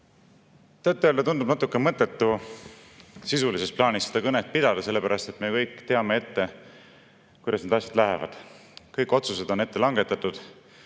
Tõtt-öelda tundub natukene mõttetu sisulises plaanis seda kõnet pidada, sellepärast et me kõik teame ette, kuidas need asjad lähevad. Kõik otsused on langetatud.